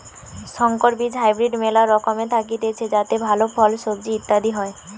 সংকর বীজ হাইব্রিড মেলা রকমের থাকতিছে যাতে ভালো ফল, সবজি ইত্যাদি হয়